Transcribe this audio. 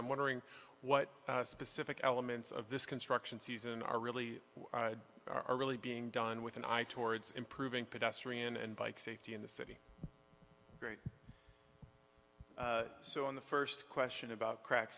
i'm wondering what specific elements of this construction season are really are really being done with an eye towards improving pedestrian and bike safety in the city so on the first question about crack